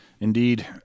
indeed